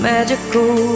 Magical